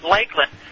Lakeland